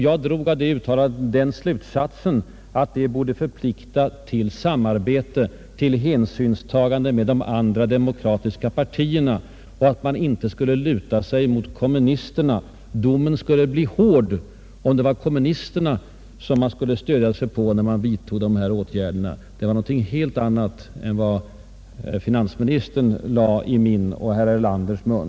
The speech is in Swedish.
Jag drog av detta uttalande den slutsatsen att det borde förplikta till samarbete, till hänsynstagande till de andra demokratiska partierna, och att man inte ”lutade sig” mot kommunisterna. Domen skulle bli hård, framhöll jag, om det var kommunisterna som man stödde sig på när man vidtog behövliga åtgärder. Det är något helt annat än vad finansministern lade i min och herr Erlanders mun.